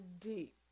deep